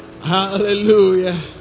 hallelujah